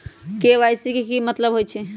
KYC के कि मतलब होइछइ?